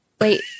wait